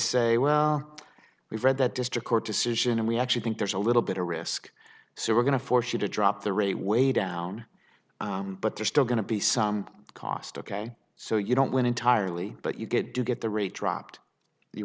say well we've read that district court decision and we actually think there's a little bit of a risk so we're going to force you to drop the ray way down but they're still going to be some cost ok so you don't win entirely but you get do get the rate dropped you